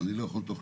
בפרק